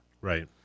right